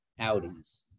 Audis